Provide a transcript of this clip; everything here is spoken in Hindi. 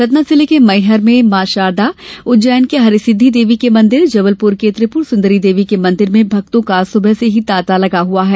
सतना जिले के मैहर में मॉ शारदा उज्जैन के हरसिद्धि देवी के मंदिर जबलपुर के त्रिपुर सुन्दरी देवी के मंदिर में भक्तों का सुबह से तांता लगा हुआ है